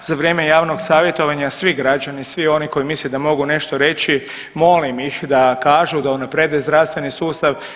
Za vrijeme javnog savjetovanja svi građani, svi oni koji misle da mogu nešto reći molim ih da kažu da unaprijede zdravstveni sustav.